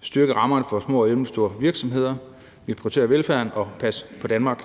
styrke rammerne for små og mellemstore virksomheder, prioritere velfærden og passe på Danmark.